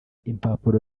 impapuro